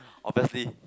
obviously